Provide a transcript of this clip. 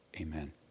Amen